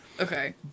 Okay